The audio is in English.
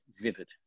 vivid